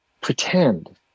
pretend